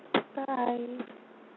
bye bye